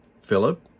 Philip